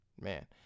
man